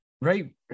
right